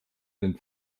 den